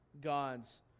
God's